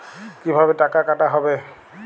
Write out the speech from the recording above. কিভাবে টাকা কাটা হবে?